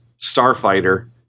starfighter